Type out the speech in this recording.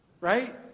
right